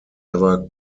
ever